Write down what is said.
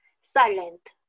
silent